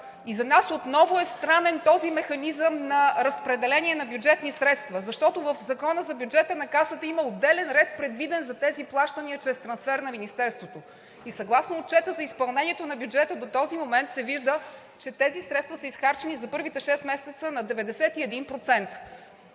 За нас отново е странен този механизъм на разпределение на бюджетните средства, защото в Закона за бюджета на Касата има отделен ред, предвиден за тези плащания чрез трансфер на Министерството. Съгласно Отчета за изпълнението на бюджета се вижда, че от тези средства за първите шест месеца са